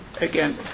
again